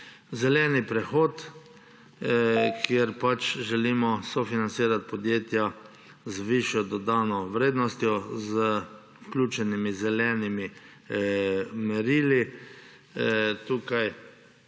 Zeleni prehod, kjer želimo sofinancirati podjetja z višjo dodano vrednostjo, z vključenimi zelenimi merili.